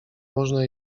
można